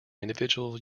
individual